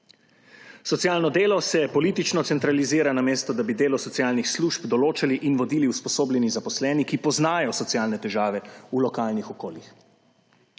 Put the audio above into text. Socialno delo se politično centralizira, namesto da bi delo socialnih služb določali in vodili usposobljeni zaposleni, ki poznajo socialne težave v lokalnih okoljih.